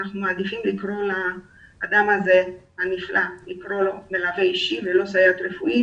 אנחנו מעדיפים לקרוא לאדם הנפלא הזה מלווה אישית ולא סייעת רפואית.